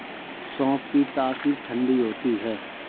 सौंफ की तासीर ठंडी होती है